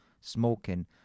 smoking